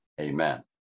Amen